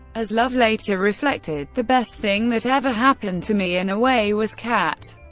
as love later reflected, the best thing that ever happened to me in a way, was kat.